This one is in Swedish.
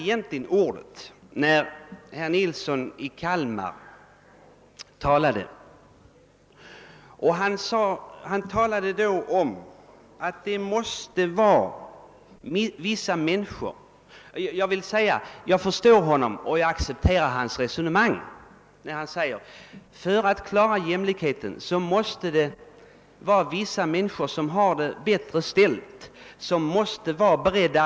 Jag begärde ordet när herr Nilsson i Kalmar talade om att det för att klara jämlikheten krävdes att vissa människor som har det bättre ställt är beredda att avstå från något av det som de har mycket mer av än andra — jag förstår honom och jag accepterar detta hans resonemang.